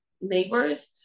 neighbors